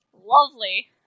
Lovely